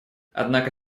однако